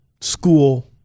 school